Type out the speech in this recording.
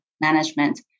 management